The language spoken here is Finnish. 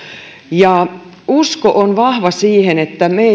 usko on vahva siihen että